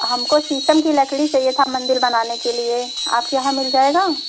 हमको शीशम की लकड़ी चाहिए था मंदिर बनाने के लिए आपके यहाँ मिल जाएगा